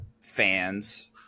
fans